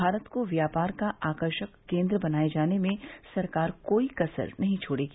भारत को व्यापार का आकर्षक केन्द्र बनाए जाने में सरकार कोई कसर नहीं छोड़ेगी